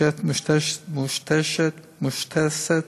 מושתתת